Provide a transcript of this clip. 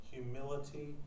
Humility